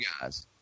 guys